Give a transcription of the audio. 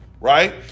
right